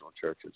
churches